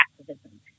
activism